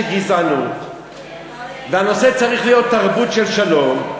גזענות והנושא צריך להיות תרבות של שלום,